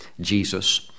Jesus